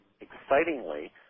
excitingly